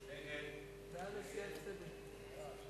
בעד עשיית צדק.